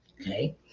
okay